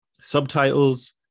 Subtitles